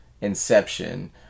Inception